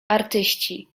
artyści